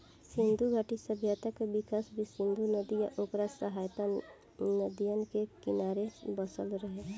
सिंधु घाटी सभ्यता के विकास भी सिंधु नदी आ ओकर सहायक नदियन के किनारे बसल रहे